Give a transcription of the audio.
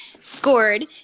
scored